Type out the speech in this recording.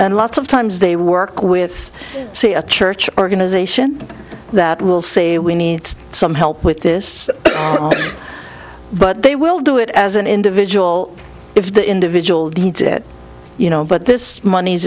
and lots of times they work with say a church organization that will say we need some help with this but they will do it as an individual if the individual needs it you know but this money's